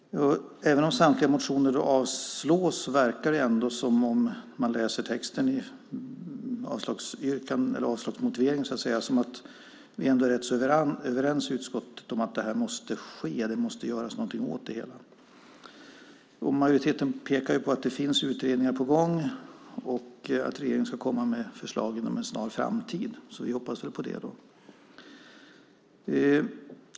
Även om samtliga motioner avstyrks verkar det ändå, när man läser texten i avslagsmotiveringen, som om vi är rätt överens i utskottet om att det måste göras någonting åt det hela. Majoriteten pekar på att utredningar är på gång och att regeringen ska komma med förslag inom en snar framtid. Vi hoppas väl på det då.